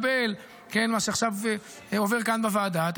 מה שעכשיו עובר כאן בוועדה,